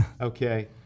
Okay